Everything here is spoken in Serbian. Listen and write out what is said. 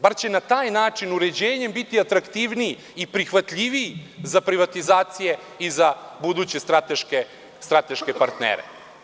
Bar će na taj način uređenjem biti atraktivniji i prihvatiljiviji za privatizacije i za buduće strateške partnere.